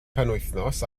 penwythnos